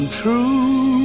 true